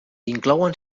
inclouen